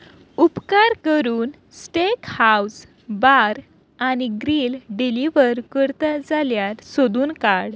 उपकार करून steak house bar आनी ग्रील डिलिव्हर करता जाल्यार सोदून काड